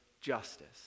justice